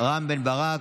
רם בן ברק.